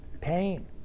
Pain